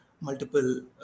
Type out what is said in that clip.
multiple